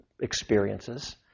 experiences